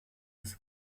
des